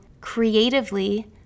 creatively